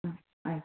ಹ್ಞಾ ಆಯಿತು